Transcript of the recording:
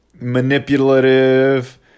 manipulative